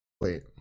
Wait